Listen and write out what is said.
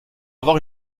avoir